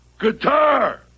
Guitar